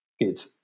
good